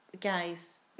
guys